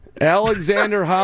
Alexander